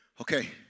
Okay